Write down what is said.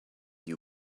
you